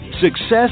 success